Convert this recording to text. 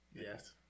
Yes